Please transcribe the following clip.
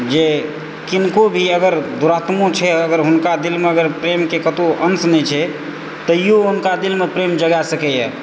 जे किनको भी अगर दुरात्मो छै अगर हुनका दिलमे अगर प्रेमके कतहुँ अंश नहि छै तैयो हुनका दिलमे प्रेम जगाए सकैए